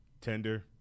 Tender